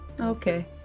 Okay